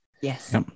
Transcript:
Yes